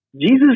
Jesus